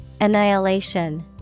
Annihilation